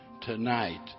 tonight